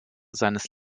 seines